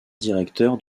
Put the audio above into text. directeur